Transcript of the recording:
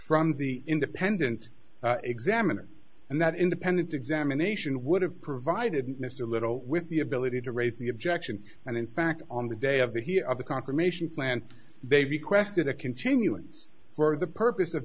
from the independent examiner and that independent examination would have provided mr little with the ability to raise the objection and in fact on the day of the hear of the confirmation plant they requested a continuance for the purpose of